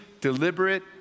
deliberate